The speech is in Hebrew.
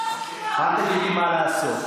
לא צריך שלוש קריאות.